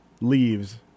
leaves